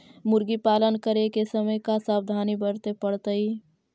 मुर्गी पालन करे के समय का सावधानी वर्तें पड़तई?